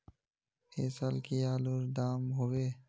ऐ साल की आलूर र दाम होबे?